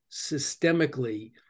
systemically